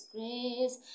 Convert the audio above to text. Grace